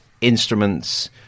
Instruments